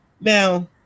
Now